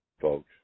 folks